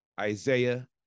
Isaiah